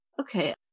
Okay